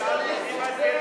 התשע"א 2011, נתקבלה.